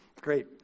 great